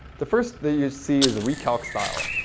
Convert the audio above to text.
the first that you see is recalc style.